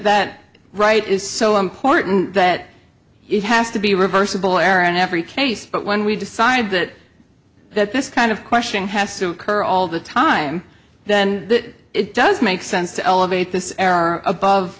that right is so important that it has to be reversible error in every case but when we decide that that this kind of question has to occur all the time then it does make sense to elevate this error above